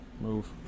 Move